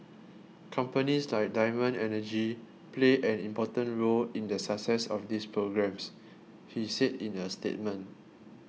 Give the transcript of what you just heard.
companies like Diamond Energy play an important role in the success of these programmes he said in a statement